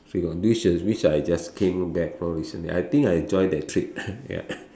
we got this and this I just came back for recently I think I enjoy that trip ya